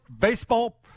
baseball